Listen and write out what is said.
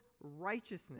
righteousness